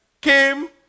came